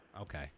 Okay